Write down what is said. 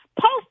post